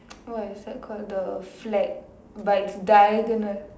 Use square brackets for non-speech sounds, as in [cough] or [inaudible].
[noise] what is that called the flag but it's diagonal